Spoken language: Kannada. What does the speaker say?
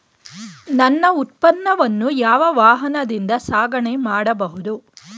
ನನ್ನ ಉತ್ಪನ್ನವನ್ನು ಯಾವ ವಾಹನದಿಂದ ಸಾಗಣೆ ಮಾಡಬಹುದು?